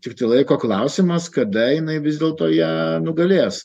tiktai laiko klausimas kada jinai vis dėlto ją nugalės